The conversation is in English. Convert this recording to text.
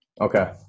Okay